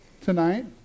tonight